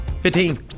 Fifteen